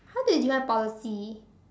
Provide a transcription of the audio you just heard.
how did you define policy